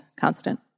constant